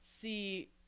see